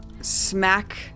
smack